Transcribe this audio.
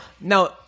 now